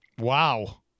Wow